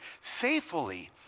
faithfully